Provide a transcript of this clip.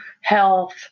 health